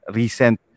recent